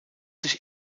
sich